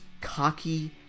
cocky